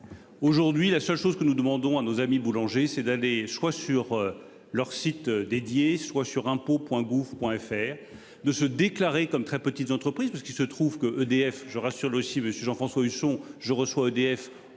Aujourd'hui, la seule chose que nous demandons à nos amis boulanger c'est d'aller choix sur leur site dédié, soit sur impôts Point gouv Point FR de se déclarer comme très petites entreprises puisqu'il se trouve que EDF, je reste sur le si monsieur Jean-François Husson, je reçois EDF